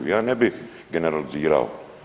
Ja ne bih generalizirao.